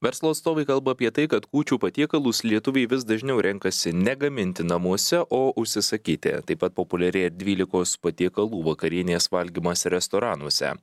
verslo atstovai kalba apie tai kad kūčių patiekalus lietuviai vis dažniau renkasi ne gaminti namuose o užsisakyti taip pat populiarėja dvylikos patiekalų vakarienės valgymas restoranuose